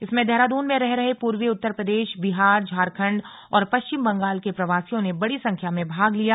इसमें देहरादून में रह रहे पूर्वी उत्तर प्रदेश बिहार झारखंड और पश्चिम बंगाल के प्रवासियों ने बड़ी संख्या में भाग लिया